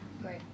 Great